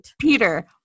Peter